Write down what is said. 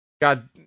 God